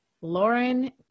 Lauren